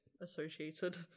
associated